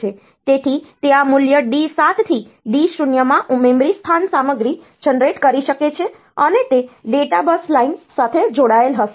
તેથી તે આ મૂલ્ય D7 થી D0 માં મેમરી સ્થાન સામગ્રી જનરેટ કરી શકે છે અને તે ડેટા બસ લાઇન સાથે જોડાયેલ હશે